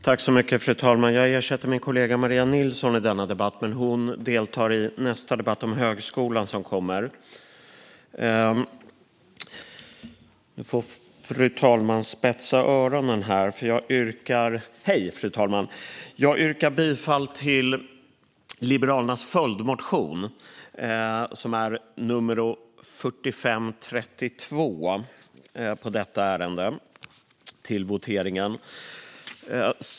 Fru talman! Jag ersätter min kollega Maria Nilsson i denna debatt. Men hon kommer att delta i nästa debatt om högskolan. Nu får fru talmannen spetsa öronen, för jag yrkar bifall till Liberalernas följdmotion 2021/22:4532 i detta ärende. Fru talman!